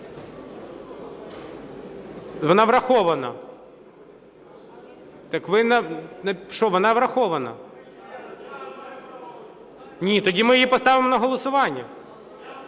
ваших правок нема. Яка? Вона врахована. Ні, тоді ми її поставимо на голосування.